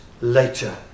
later